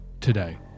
today